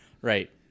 Right